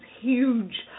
huge